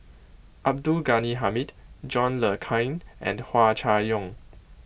Abdul Ghani Hamid John Le Cain and Hua Chai Yong